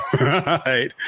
right